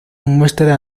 muestra